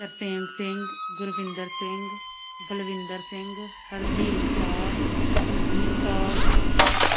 Tarsem Singh Gurvinder Singh Balwinder Singh Harjeet Kaur Kulbir Kaur